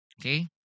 Okay